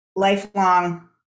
lifelong